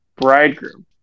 bridegroom